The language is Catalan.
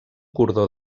cordó